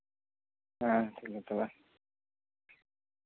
ᱦᱮᱸ ᱴᱷᱤᱠᱜᱮᱭᱟ ᱛᱚᱵᱮ